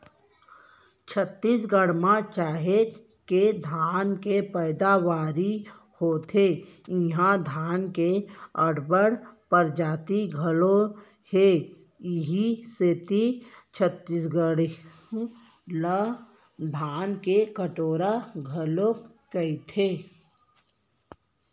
छत्तीसगढ़ म काहेच के धान के पैदावारी होथे इहां धान के अब्बड़ परजाति घलौ हे इहीं सेती छत्तीसगढ़ ला धान के कटोरा घलोक कइथें